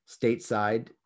stateside